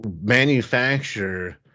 manufacture